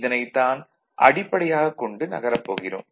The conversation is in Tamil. இதனைத் தான் அடிப்படையாக கொண்டு நகரப்போகிறோம்